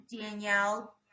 danielle